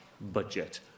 budget